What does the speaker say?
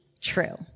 true